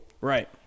Right